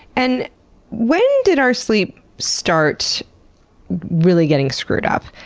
and when did our sleep start really getting screwed up?